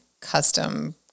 custom